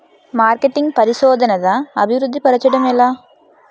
marketing పరిశోధనదా అభివృద్ధి పరచడం ఎలా